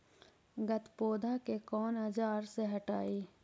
गत्पोदा के कौन औजार से हटायी?